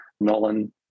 Nolan